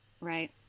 right